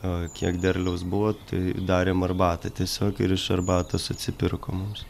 o kiek derliaus buvo tai darėm arbatą tiesiog ir iš arbatos atsipirko mums